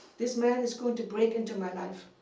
this man is going to break into my life.